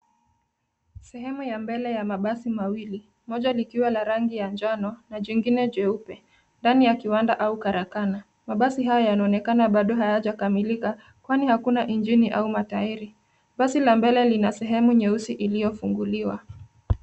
Sehemu ya mbele ya mabasi mawili. Moja likiwa la rangi ya njano , na jingine jeupe, ndani ya kiwanda au karakana. Mabasi hayo yanaonekana bado hayajakamilika, kwani hakuna injini au matairi. Basi la mbele lina sehemu nyeusi iliyofunguliwa.